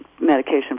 medication